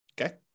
okay